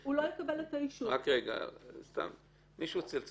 הוא לא יקבל את האישור --- מישהו צלצל